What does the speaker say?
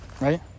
right